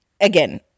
again